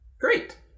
Great